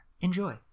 Enjoy